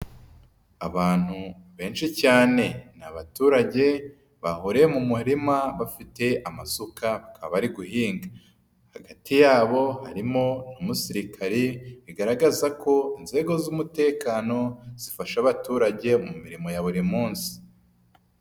Abantu benshi cyane, ni abaturage bahuriye mu murima bafite amasuka abari guhinga, hagati yabo harimo umusirikare, bigaragaza ko inzego z'umutekano zifasha abaturage mu mirimo ya buri munsi.